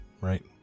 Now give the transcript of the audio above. right